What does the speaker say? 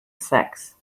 sex